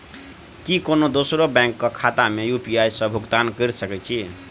की कोनो दोसरो बैंक कऽ खाता मे यु.पी.आई सऽ भुगतान कऽ सकय छी?